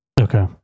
Okay